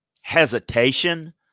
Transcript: hesitation